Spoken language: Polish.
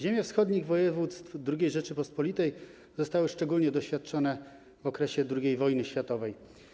Ziemie wschodnich województw II Rzeczypospolitej zostały szczególnie doświadczone w okresie II wojny światowej.